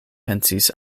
pensis